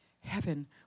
Heaven